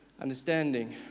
understanding